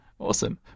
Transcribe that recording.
Awesome